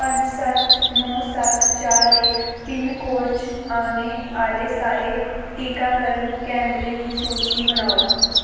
पंज सत्त नौ सत्त चार इक पिनकोड च औने आह्ले सारे टीकाकरण केंदरें दी सूची बनाओ